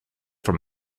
for